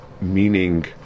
meaning